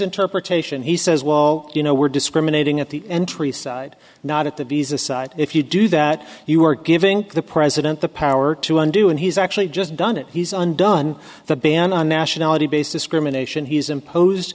interpretation he says well you know we're discriminating at the entry side not at the visa side if you do that you are giving the president the power to undo and he's actually just done it he's undone the ban on nationality based discrimination he's impose